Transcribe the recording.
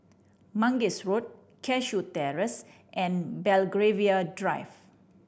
Mangis Road Cashew Terrace and Belgravia Drive